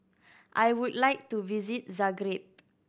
I would like to visit Zagreb